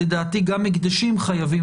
לדעתי גם הקדשים חייבים.